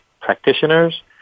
practitioners